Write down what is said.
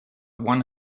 one